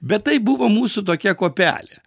bet tai buvo mūsų tokia kuopelė